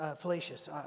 fallacious